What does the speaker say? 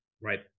Right